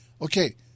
Okay